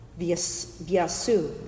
Vyasu